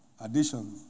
Addition